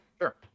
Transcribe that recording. Sure